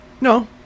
No